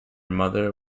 mother